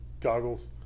goggles